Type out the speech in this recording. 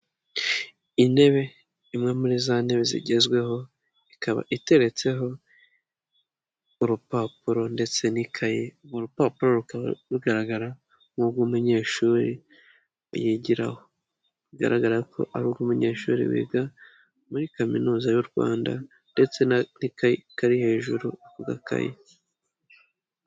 Intebe imwe muri za ntebe zigezweho, ikaba iteretseho urupapuro ndetse n'ikayi, uru rupapuro rukaba rugaragara nk'urw'umunyeshuri yigiraho. Bigaragara ko ari urw'umunyeshuri wiga muri kaminuza y'u Rwanda ndetse na n'ikayi iri hejuru.